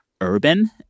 urban